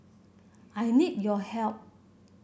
I need your help